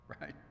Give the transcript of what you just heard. right